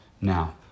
now